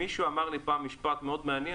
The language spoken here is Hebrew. מישהו אמר לי פעם שלא